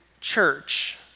church